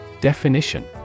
Definition